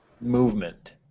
movement